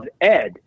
ed